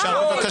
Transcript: אפשר בבקשה?